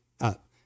up